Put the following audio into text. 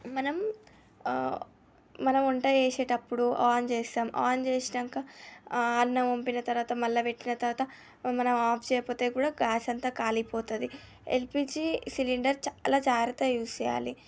మనం మనం వంట చేసేటప్పుడు ఆన్ చేస్తాం ఆన్ చేసినాక అన్నం ఒంపిన తర్వాత మల్ల పెట్టిన తర్వాత మనం ఆఫ్ చేయకపోతే కూడా గ్యాస్ అంతా కాలిపోతుంది ఎల్పిజి సిలిండర్ చాలా జాగ్రత్తగా యూస్ చేయాలి